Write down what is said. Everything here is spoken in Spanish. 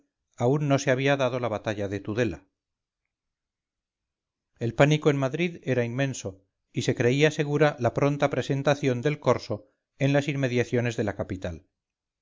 aún no se había dado la batalla de tudela el pánico en madrid era inmenso y se creía segura la pronta presentación del corso en las inmediaciones de la capital